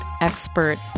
expert